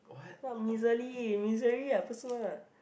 what miserly misery ah 不是吗